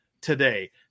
today